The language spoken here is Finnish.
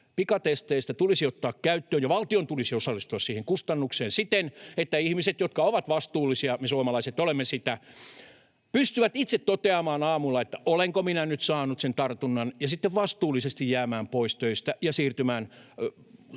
pikatesteistä tulisi ottaa käyttöön ja valtion tulisi osallistua niihin kustannuksiin siten, että ihmiset, jotka ovat vastuullisia — me suomalaiset olemme sitä — pystyvät itse toteamaan aamulla, ovatko he nyt saaneet sen tartunnan, ja sitten vastuullisesti jäämään pois töistä ja siirtymään